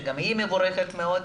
שגם היא מבורכת מאוד,